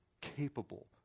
capable